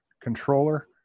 controller